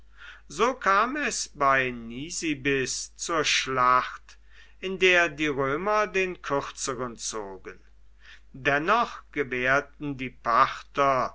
so kam es bei nisibis zur schlacht in der die römer den kürzeren zogen dennoch gewährten die parther